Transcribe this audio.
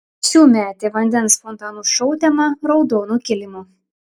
šiųmetė vandens fontanų šou tema raudonu kilimu